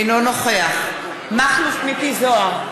אינו נוכח מכלוף מיקי זוהר,